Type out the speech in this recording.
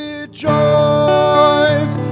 Rejoice